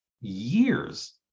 years